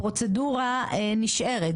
הפרוצדורה נשארת.